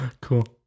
Cool